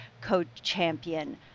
co-champion